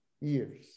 years